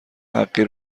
حقی